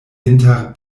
inter